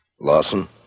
Lawson